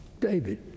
David